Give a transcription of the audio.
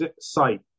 site